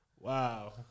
Wow